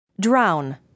Drown